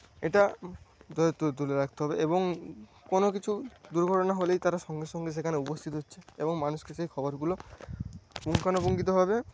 এটা তুল তুলে রাখতে হবে এবং কোনও কিছু দুর্ঘটনা হলেই তারা সঙ্গে সঙ্গে সেখানে উপস্থিত হচ্ছে এবং মানুষকে সেই খবরগুলো পুঙ্খানুপুঙ্খভাবে